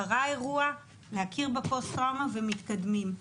קרה אירוע, להכיר בפוסט-טראומה, ומתקדמים.